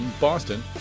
Boston